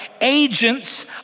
agents